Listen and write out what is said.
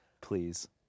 Please